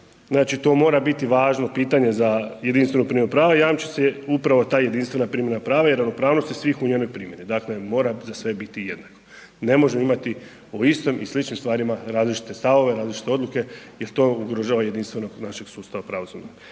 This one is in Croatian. znači to mora biti važno pitanje za jedinstvenu primjenu prava, jamči se upravo ta jedinstvena primjena prava i ravnopravnosti svih u njenoj primjeni. Dakle, mora za sve biti jednako, ne može imati o istom i sličnim stvarima različite stavove, različite odluke jer to ugrožava jedinstvenost našeg sustava pravosudnog